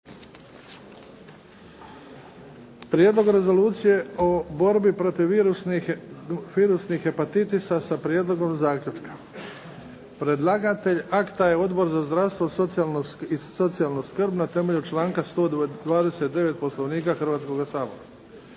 Prijedlog rezolucije o borbi protiv virusnih hepatitisa s prijedlogom zaključka – predlagatelj: Odbor za zdravstvo i socijalnu skrb Predlagatelj je odbor za zdravstvo